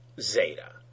Zeta